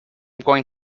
going